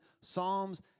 psalms